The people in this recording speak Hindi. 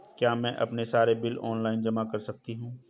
क्या मैं अपने सारे बिल ऑनलाइन जमा कर सकती हूँ?